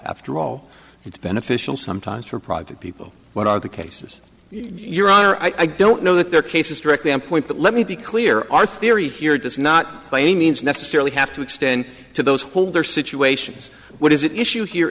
after all it's beneficial sometimes for private people what are the cases your honor i don't know that their case is directly on point but let me be clear our theory here does not by any means necessarily have to extend to those holder situations what is it issue here